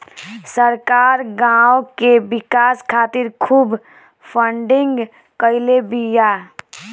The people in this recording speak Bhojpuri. सरकार गांव के विकास खातिर खूब फंडिंग कईले बिया